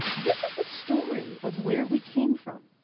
this is the story of where we came from.